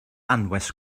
anwes